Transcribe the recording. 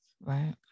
right